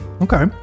okay